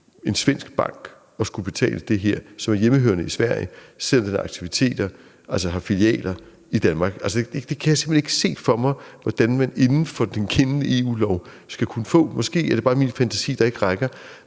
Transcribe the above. en svensk bank at skulle betale det her som hjemmehørende i Sverige, selv om den har aktiviteter og filialer i Danmark. Altså, det kan jeg simpelt hen ikke se for mig hvordan man inden for den kendte EU-lov skulle kunne gøre. Måske er det bare min fantasi, der ikke rækker.